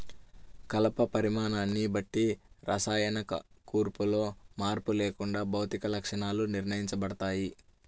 కలప పరిమాణాన్ని బట్టి రసాయన కూర్పులో మార్పు లేకుండా భౌతిక లక్షణాలు నిర్ణయించబడతాయి